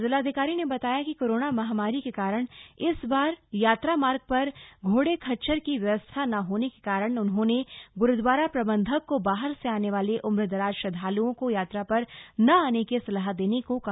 जिलाधिकारी ने कहा कि कोरोना महामारी के कारण इस बार इस बार यात्रा मार्ग पर घोड़े खच्चर की व्यवस्था न होने के कारण उन्होंने ग्रूदवारा प्रबंधक को बाहर से आने वाले उम्र दराज श्रदधालुओं यात्रा पर न आने की सलाह देने को कहा